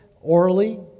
orally